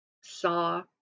saw